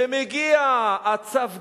מגיע צו הגיוס,